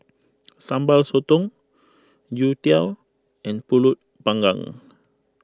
Sambal Sotong Youtiao and Pulut Panggang